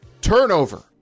turnover